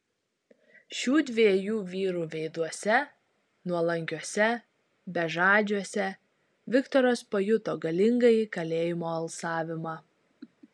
šių dviejų vyrų veiduose nuolankiuose bežadžiuose viktoras pajuto galingąjį kalėjimo alsavimą